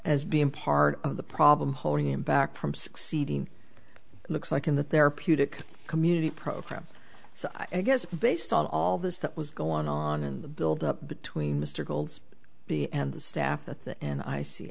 as being part of the problem holding him back from succeeding looks like in the therapeutic community program so i guess based on all this that was going on in the build up between mr gold's b and the staff at the end i see